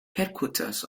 headquarters